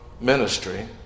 ministry